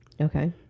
Okay